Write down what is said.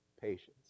patience